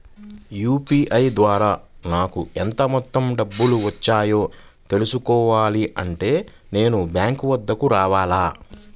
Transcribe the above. UPI ద్వారా నాకు ఎంత మొత్తం డబ్బులు వచ్చాయో తెలుసుకోవాలి అంటే నేను బ్యాంక్ వద్దకు రావాలా?